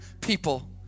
people